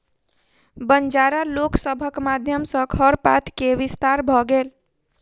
बंजारा लोक सभक माध्यम सॅ खरपात के विस्तार भ गेल